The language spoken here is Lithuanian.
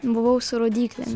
buvau su rodyklėm